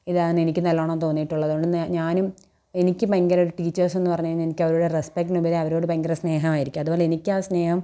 ഇതാണ് എനിക്ക് നല്ലോണം തോന്നിട്ടുള്ളത് അതുകൊണ്ട് നേ ഞാനും എനിക്ക് ഭയങ്കരമായിട്ട് ടീച്ചേർസ് എന്ന് പറയണത് കഴിഞ്ഞാൽ എനിക്ക് അവരോട് റെസ്പെക്ടിന് ഉപരി അവരോട് ഭയങ്കര സ്നേഹമായിരിക്കും അതുപോലെ എനിക്ക് ആ സ്നേഹം